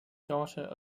daughter